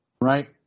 Right